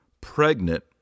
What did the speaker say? pregnant